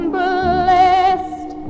blessed